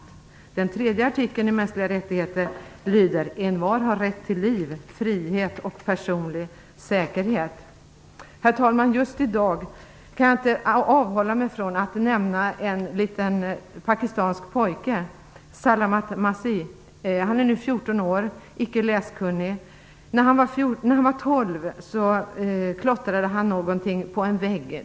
Den tredje artikeln i 1948 års konvention om mänskliga rättigheter lyder: "Envar har rätt till liv, frihet och personlig säkerhet." Herr talman! Just i dag kan jag inte avhålla mig från att nämna en liten pakistansk pojke, Salamat Masih. Han är nu 14 år och icke läskunnig. När han var 12 år gammal klottrade han någonting på en vägg.